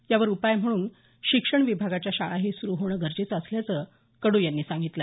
यावर उपाय म्हणून शिक्षण विभागाच्या शाळाही सुरू होणे गरजेचं असल्याचं कडू यांनी सांगितलं